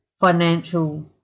financial